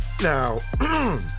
Now